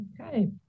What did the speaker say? Okay